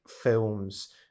films